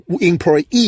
employee